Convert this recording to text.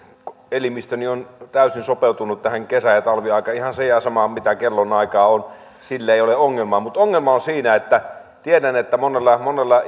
elimistöni on täysin sopeutunut kesä ja talviaikaan ihan se ja sama mikä kellonaika on siinä ei ole ongelmaa mutta tiedän että ongelma on siinä että monella monella